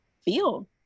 feel